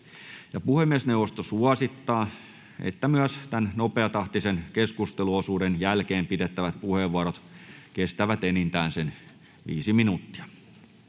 Puhemiesneuvosto suosittaa, että myös nopeatahtisen keskusteluosuuden jälkeen pidettävät puheenvuorot kestävät enintään 5 minuuttia.